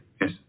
Yes